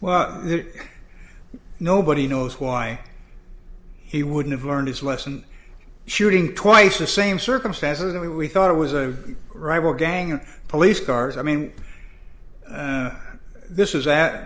well nobody knows why he wouldn't have learned his lesson shooting twice the same circumstances that we thought it was a rival gang of police cars i mean this is that